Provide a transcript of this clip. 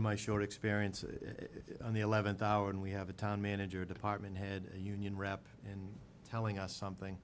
my short experiences on the eleventh hour and we have a town manager department head a union wrap and telling us something